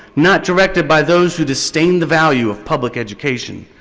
not directed by those who disdain the value of public education.